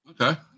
Okay